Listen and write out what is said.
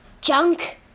junk